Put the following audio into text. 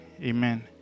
Amen